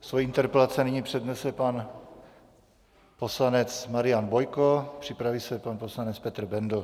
Svou interpelaci nyní přednese pan poslanec Marian Bojko, připraví se pan poslanec Petr Bendl.